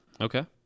Okay